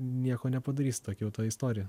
nieko nepadarysi tokia jau ta istorija